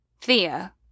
Thea